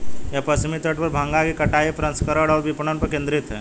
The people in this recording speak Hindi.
यह पश्चिमी तट पर भांग की कटाई, प्रसंस्करण और विपणन पर केंद्रित है